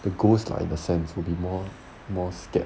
the ghost lah in the sense will be more more scared